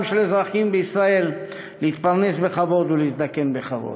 של אזרחים בישראל להתפרנס בכבוד ולהזדקן בכבוד.